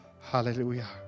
hallelujah